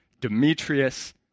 Demetrius